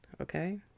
Okay